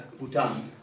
Bhutan